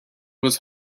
was